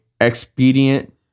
expedient